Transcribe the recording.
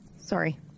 Sorry